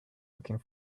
looking